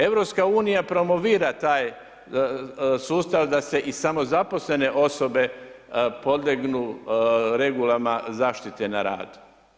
EU promovira taj sustav da se i samozaposlene osobe podlegnu regulama zaštite na radu.